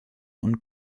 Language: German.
und